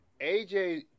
AJ